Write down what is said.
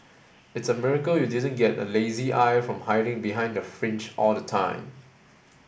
it's a miracle you didn't get a lazy eye from hiding behind the fringe all the time